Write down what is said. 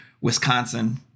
Wisconsin